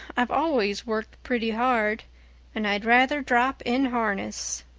i've always worked pretty hard and i'd rather drop in harness.